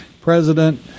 President